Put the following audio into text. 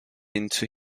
into